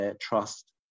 trust